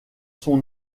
son